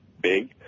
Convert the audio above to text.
big